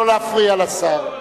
לא להפריע לשר.